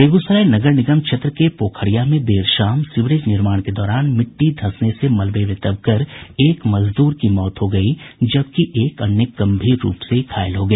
बेगूसराय नगर निगम क्षेत्र के पोखरिया में देर शाम सीवरेज निर्माण के दौरान मिट्टी धंसने से मलबे में दबकर एक मजदूर की मौत हो गयी जबकि एक अन्य गंभीर रूप से घायल हो गया